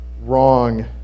Wrong